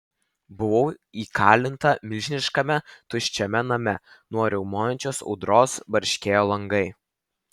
buvau įkalinta milžiniškame tuščiame name nuo riaumojančios audros barškėjo langai